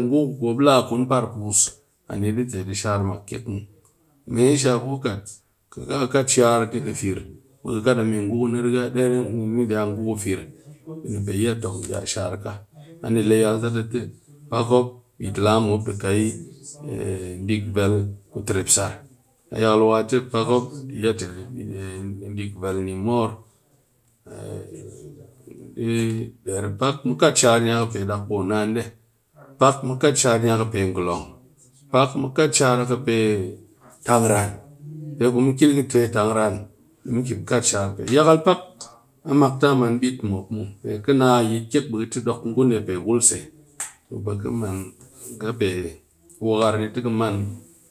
ngu ku mop laa kun par puus a ni ɗe tet a shar ka kek muw, me she ka kat shar ki fir be ki kat a me ngu ku fir be ni pe iya tong a shar ka ani le pak mop bit laa mi mop bit dik vel ku terp sar muw pak mu kat shar a ki pe tang ran pak a mak maan bit mɨ mop muw.